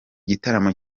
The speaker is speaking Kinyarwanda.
gitaramo